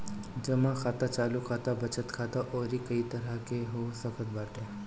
जमा खाता चालू खाता, बचत खाता अउरी कई तरही के हो सकत बाटे